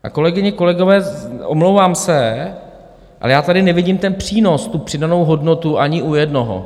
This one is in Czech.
A kolegyně, kolegové, omlouvám se, ale já tady nevidím ten přínos, tu přidanou hodnotu ani u jednoho.